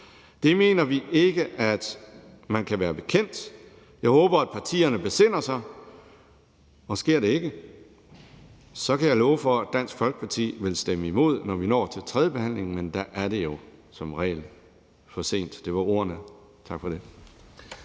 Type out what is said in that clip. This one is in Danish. Det mener vi ikke at man kan være bekendt. Jeg håber, at partierne besinder sig, og sker det ikke, kan jeg love, at Dansk Folkeparti vil stemme imod, når vi når til tredjebehandlingen, men der er det jo som regel for sent. Det var ordene. Tak for det.